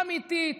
אמיתית,